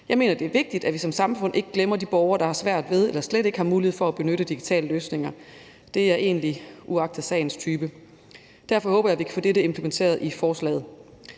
Jeg mener, det er vigtigt, at vi som samfund ikke glemmer de borgere, der har svært ved eller slet ikke har mulighed for at benytte digitale løsninger, og det er egentlig uagtet sagens type. Derfor håber jeg, at vi kan få dette implementeret i forslaget.